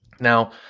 Now